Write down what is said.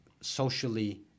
socially